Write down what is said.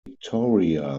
victoria